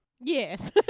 Yes